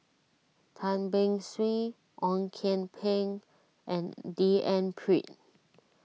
Tan Beng Swee Ong Kian Peng and D N Pritt